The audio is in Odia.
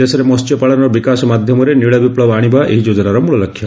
ଦେଶରେ ମହ୍ୟ ପାଳନର ବିକାଶ ମାଧ୍ୟମରେ ନୀଳ ବିପୁବ ଆଶିବା ଏହି ଯୋଜନାର ମୂଳଲକ୍ଷ୍ୟ